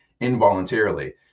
involuntarily